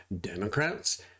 Democrats